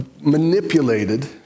manipulated